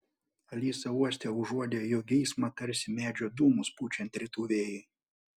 alisa uoste užuodė jo geismą tarsi medžio dūmus pučiant rytų vėjui